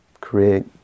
create